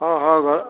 ହଁ ହଉ